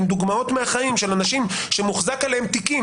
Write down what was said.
עם דוגמאות מהחיים של אנשים שמוחזק עליהם תיקים